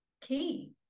key